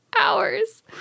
hours